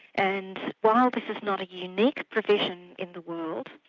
and while this is not a unique provision in the world,